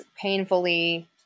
painfully